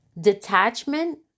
Detachment